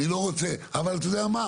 אני לא רוצה, אבל אתה יודע מה?